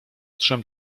trzem